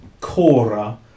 Cora